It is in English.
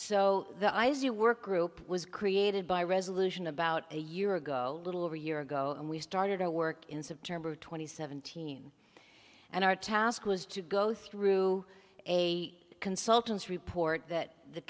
so the i as you work group was created by resolution about a year ago a little over a year ago and we started our work in september two thousand and seventeen and our task was to go through a consultants report that the